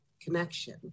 connection